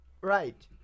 right